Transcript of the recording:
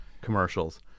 commercials